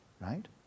right